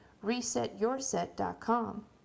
ResetYourset.com